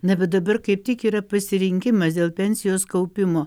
na bet dabar kaip tik yra pasirinkimas dėl pensijos kaupimo